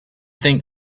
think